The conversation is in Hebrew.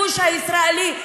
זה קורה בצבא הכיבוש הישראלי,